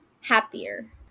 happier